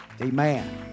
Amen